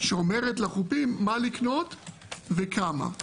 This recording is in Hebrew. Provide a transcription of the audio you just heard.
שאומרת לחופים מה לקנות וכמה.